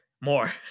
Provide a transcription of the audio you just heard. more